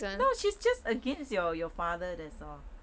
she's just against your your father that's all